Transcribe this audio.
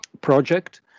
project